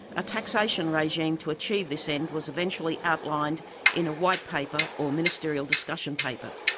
a taxation regime to achieve this end was eventually outlined in a white paper or ministerial discussion paper.